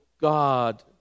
God